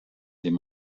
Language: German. den